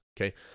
okay